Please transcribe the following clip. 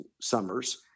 summers